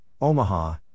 Omaha